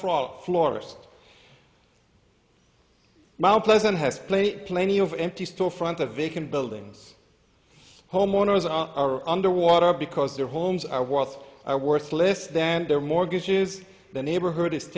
frog florist mount pleasant has plenty plenty of empty storefront a vacant buildings homeowners are underwater because their homes are worth i worth less than their mortgages the neighborhood is